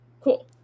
Cool